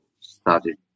started